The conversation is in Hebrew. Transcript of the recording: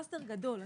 פלסטר גדול,